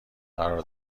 قرار